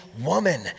woman